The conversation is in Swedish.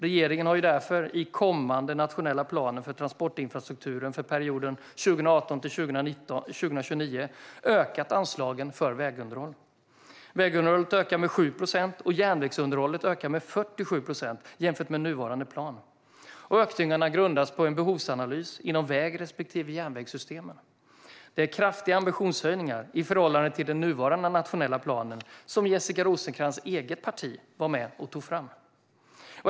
Regeringen har därför i den kommande nationella planen för transportinfrastrukturen för perioden 2018-2029 ökat anslaget till underhåll. Vägunderhållet ökar med 7 procent och järnvägsunderhållet ökar med 47 procent jämfört med nuvarande plan. Ökningarna grundas på en behovsanalys inom väg respektive järnvägssystemen. Det är kraftiga ambitionshöjningar i förhållande till den nuvarande nationella planen som Jessica Rosencrantz eget parti var med och tog fram.